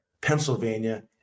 pennsylvania